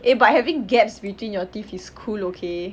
eh but having gaps between your teeth is cool okay